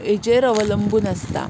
हाचेर अवलंबून आसता